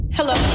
Hello